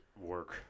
work